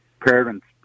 parents